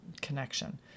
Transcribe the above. connection